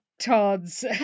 Todd's